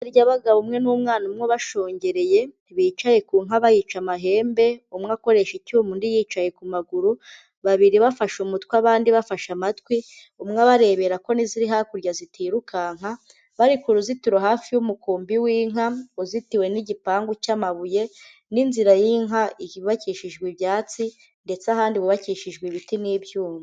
Itsinda ry'abagabo; umwe ni umwana, umwe ubashungereye, bicaye ku nka bayica amahembe, umwe akoresha icyuma undi yicaye ku maguru, babiri bafashe umutwe abandi bafashe amatwi, umwe abarebera ko n'iziri hakurya zitirukanka, bari ku ruzitiro hafi y'umukumbi w'inka uzitiwe n'igipangu cy'amabuye, n'inzira y'inka yubakishijwe ibyatsi, ndetse ahandi hubakishijwe ibiti n'ibyuma.